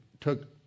took